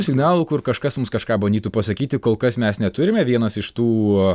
signalų kur kažkas mums kažką bandytų pasakyti kol kas mes neturime vienas iš tų